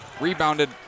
Rebounded